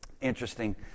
Interesting